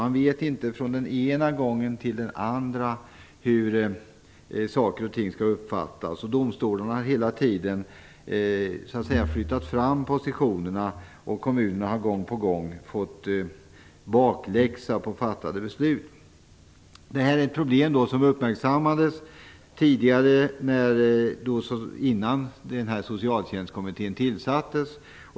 Man vet inte från den ena gången till den andra hur saker och ting skall uppfattas. Domstolarna har hela tiden flyttat fram positionerna och kommunerna har gång på gång fått bakläxa på fattade beslut. Det här är ett problem som har uppmärksammats tidigare, innan Socialtjänstkommittén tillsattes.